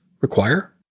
require